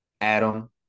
Adam